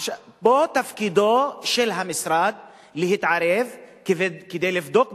פה תפקידו של המשרד להתערב כדי לבדוק,